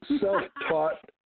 self-taught